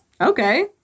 Okay